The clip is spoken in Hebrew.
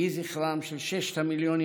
יהי זכרם של ששת המיליונים,